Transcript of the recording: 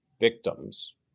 victims